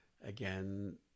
again